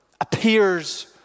appears